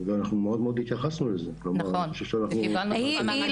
אנחנו מאוד מאוד התייחסנו אליו- -- היא לא